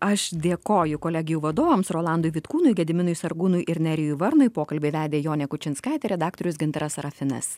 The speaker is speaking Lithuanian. aš dėkoju kolegijų vadovams rolandui vitkūnui gediminui sargūnui ir nerijui varnui pokalbį vedė jonė kučinskaitė redaktorius gintaras serafinas